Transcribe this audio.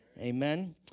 Amen